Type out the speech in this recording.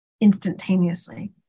instantaneously